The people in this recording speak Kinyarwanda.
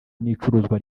n’icuruzwa